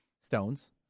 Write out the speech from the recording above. Stones